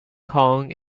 kong